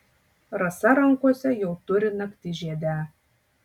rasa rankose jau turi naktižiedę